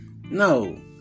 No